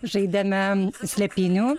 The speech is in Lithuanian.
žaidėme slėpynių